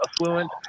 affluent